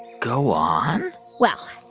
go on well,